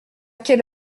quelle